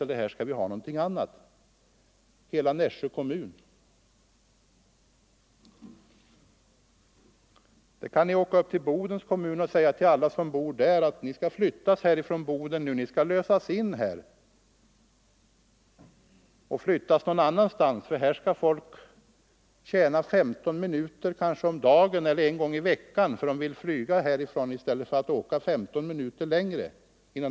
Eller ni kan åka upp till Bodens kommun och säga till alla som bor där att de skall lösas in och flyttas någon annanstans för att folk skall tjäna 15 minuter om dagen, eller kanske 15 minuter i veckan, i kortare restid vid flygning.